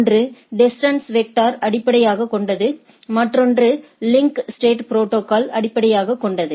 ஒன்று distance vector அடிப்படையாகக் கொண்டது மற்றொன்று லிங்க் ஸ்டேட் ப்ரோடோகாலை அடிப்படையாகக் கொண்டது